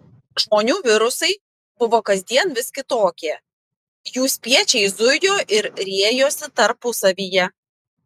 žmonių virusai buvo kasdien vis kitokie jų spiečiai zujo ir riejosi tarpusavyje